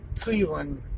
Cleveland